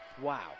Wow